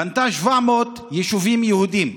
היא בנתה 700 יישובים יהודיים.